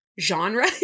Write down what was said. genre